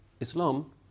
Islam